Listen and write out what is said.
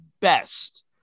best